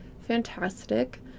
fantastic